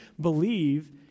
believe